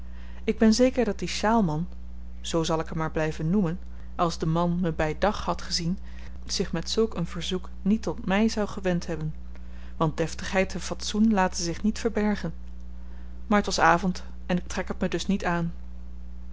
ik ben zeker dat die sjaalman zoo zal ik hem maar blyven noemen als de man me by dag had gezien zich met zulk een verzoek niet tot my zou gewend hebben want deftigheid en fatsoen laten zich niet verbergen maar t was avend en ik trek het me dus niet aan